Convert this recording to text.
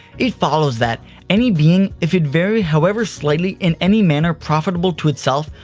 it follows that any being, if it vary however slightly in any manner profitable to itself,